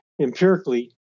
empirically